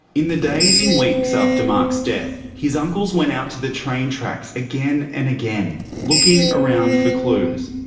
in the days and weeks after mark's death his uncles went out to the train tracks again and again, looking around for clues.